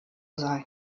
sein